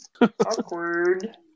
Awkward